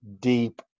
deep